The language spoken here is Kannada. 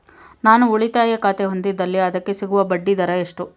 ನಾನು ಉಳಿತಾಯ ಖಾತೆ ಹೊಂದಿದ್ದಲ್ಲಿ ಅದಕ್ಕೆ ಸಿಗುವ ಬಡ್ಡಿ ದರ ಎಷ್ಟು?